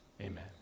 amen